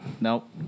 Nope